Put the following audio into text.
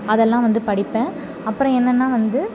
அதெல்லாம் வந்து படிப்பேன் அப்புறம் என்னென்னால் வந்து